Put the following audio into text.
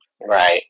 Right